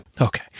Okay